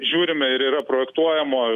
žiūrime ir yra projektuojama